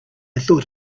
thought